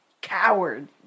Coward